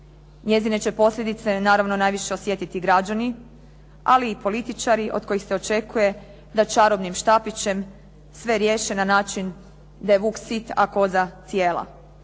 Njezine će posljedice naravno najviše osjetiti građani ali i političari od kojih se očekuje da čarobnim štapićem sve riješe na način da je "vuk sit a koza cijela".